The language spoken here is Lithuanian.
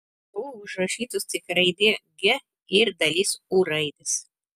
buvo užrašytos tik raidė g ir dalis u raidės